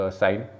sign